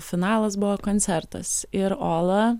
finalas buvo koncertas ir ola